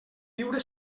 viure